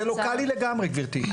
זה לוקלי לגמרי, גבירתי.